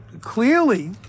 Clearly